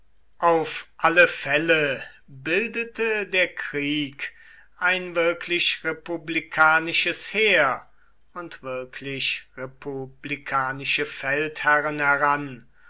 auf alle fälle bildete der krieg ein wirklich republikanisches heer und wirklich republikanische feldherren heran